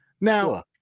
Now